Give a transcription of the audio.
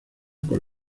con